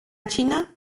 china